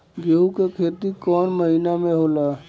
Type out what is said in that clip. गेहूं के खेती कौन महीना में होला?